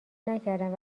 نکردم